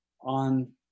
on